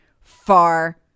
Far